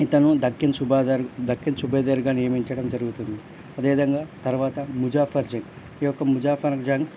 ఇతను దక్కిన్ సుబేదార్ దక్కన్ సుబేదార్గా నియమించడం జరుగుతుంది అదే విధంగా తరువాత ముజాఫర్ జంగ్ ఈ యొక్క ముజాఫర్ జంగ్